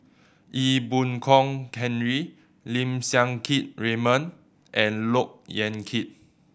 Ee Boon Kong Henry Lim Siang Keat Raymond and Look Yan Kit